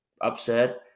upset